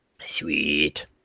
Sweet